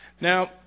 Now